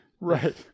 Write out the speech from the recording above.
Right